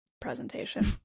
Presentation